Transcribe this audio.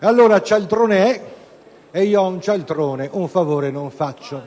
Allora, "cialtrone" è, e io a un cialtrone un favore non faccio.